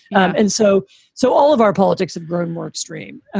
and so so all of our politics have grown more extreme.